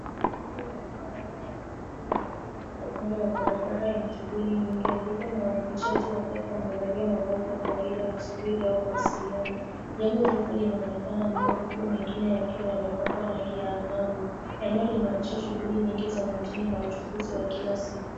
Gari la uma aina ya matatu limeegeshwa kando, kando ya barabara yenye shughuli nyingi. Abiria na waendeshaji wadogo wamevalia mavazi ya kawaida wakisubiri au kuwasiliana. Jengo refu linaonekana nyuma huku mengine yakiwa yamepakwa rangi ya angavu, eneo linaonyesha shughuli nyingi za mjini na uchukuzi wa kila siku.